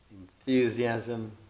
enthusiasm